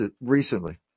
recently